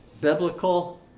biblical